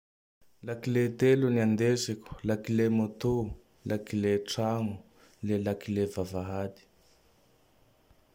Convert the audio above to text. Lakle telo ny andesiko: lakle môtô, laklé tragno, le laklé vavahady.